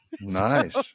Nice